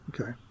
Okay